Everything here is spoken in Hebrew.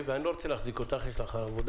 ואני לא רוצה לעכב אותך יש לך עבודה